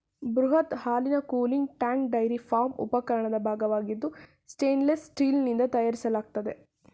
ಬೃಹತ್ ಹಾಲಿನ cooling tank dairy farm ಉಪಕರಣದ ಭಾಗವಾಗಿದ್ದು ಸ್ಟೇನ್ಲೆಸ್ ಸ್ಟೀಲ್ನಿಂದ ತಯಾರಿಸಲಾಗ್ತದೆ